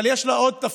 אבל יש לה עוד תפקיד,